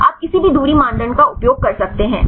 आप किसी भी दूरी मानदंड का उपयोग कर सकते हैं